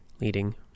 leading